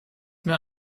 mehr